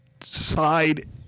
side